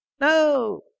No